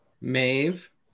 Maeve